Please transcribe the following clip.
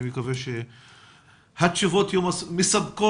אני מקווה שהתשובות תהיינה מספקות.